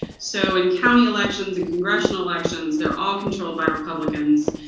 so in county elections and congressional elections they're all controlled by republicans.